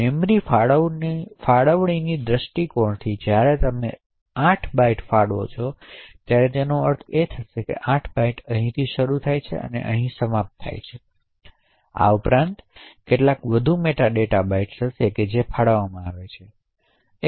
memory ફાળવણીના દૃષ્ટિકોણથી જ્યારે તમે 8 બાઇટ્સ ફાળવો છો ત્યારે તેનો અર્થ એ થશે કે 8 બાઇટ્સ અહીંથી શરૂ થાય છે અને અહીંથી સમાપ્ત થાય છે અને આ ઉપરાંત કેટલાક વધુ મેટા ડેટા બાઇટ્સ હશે જે ફાળવવામાં આવે છે